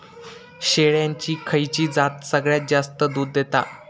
शेळ्यांची खयची जात सगळ्यात जास्त दूध देता?